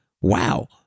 wow